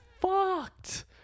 fucked